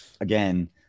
again